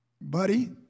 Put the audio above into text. buddy